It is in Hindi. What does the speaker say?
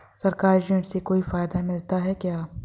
सरकारी ऋण से कोई फायदा मिलता है क्या?